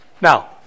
Now